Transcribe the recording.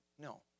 No